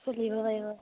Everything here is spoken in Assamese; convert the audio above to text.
চলিব পাৰিব